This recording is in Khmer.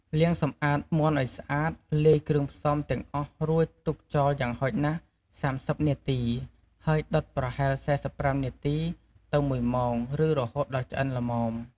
លាងសម្អាតមាន់ឱ្យស្អាត លាយគ្រឿងផ្សំទាំងអស់រួចទុកចោលយ៉ាងហោចណាស់ ៣០ នាទី ហើយដុតប្រហែល ៤៥ នាទី ទៅ ១ ម៉ោង ឬរហូតដល់ឆ្អិនល្មម។